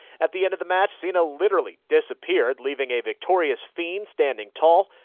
at the end of the match, cena literally disappeared, leaving a victorious fiend standing tall.